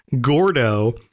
Gordo